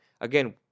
Again